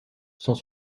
sans